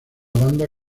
banda